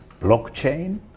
Blockchain